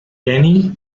denny